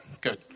good